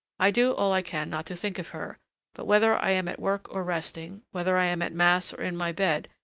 i do all i can not to think of her but whether i am at work or resting, whether i am at mass or in my bed,